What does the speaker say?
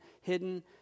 hidden